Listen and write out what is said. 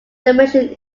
mission